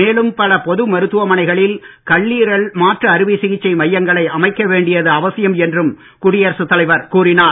மேலும் பல பொது மருத்துவமனைகளில் கல்லீரல் மாற்று அறுவை சிகிச்சை மையங்களை அமைக்க வேண்டியது அவசியம் என்றும் குடியரசுத் தலைவர் கூறினார்